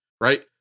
Right